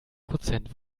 prozent